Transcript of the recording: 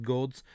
Gods